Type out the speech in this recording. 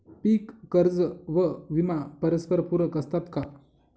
पीक कर्ज व विमा परस्परपूरक असतात का?